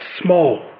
small